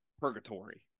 purgatory